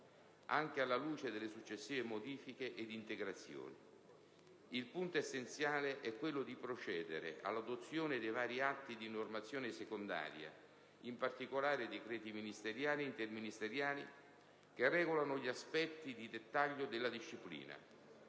anche alla luce delle successive modifiche ed integrazioni. Il punto essenziale è quello di procedere all'adozione dei vari atti di normazione secondaria, in particolare decreti ministeriali e interministeriali, che regolano gli aspetti di dettaglio della disciplina: